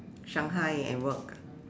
Shanghai at work